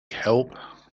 help